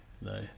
no